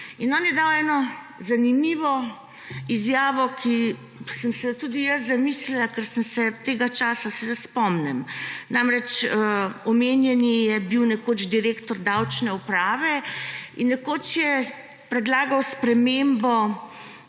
On je dal eno zanimivo izjavo, ki sem si jo tudi jaz zamislila, ker se tega časa spomnim. Namreč, omenjeni je bil nekoč direktor davčne uprave in nekoč je predlagal spremembo,